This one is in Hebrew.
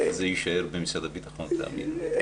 טוב שזה יישאר במשרד הביטחון, תאמין לי.